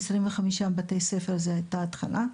25 בתי ספר בתור התחלה.